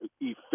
efficient